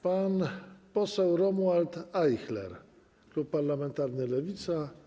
Pan poseł Romuald Ajchler, klub parlamentarny Lewica.